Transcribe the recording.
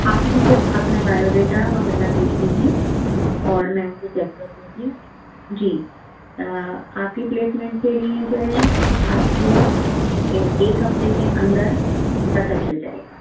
آپ مجھے اپنا بایوڈیٹا وغیرہ بھیج دیجیے اور میں اُسے چیک کر لیتی ہوں جی آپ کی پلیسمنٹ کے لئے جو ہے آپ کو ایک ایک ہفتے کے اندر پتا چل جائے گا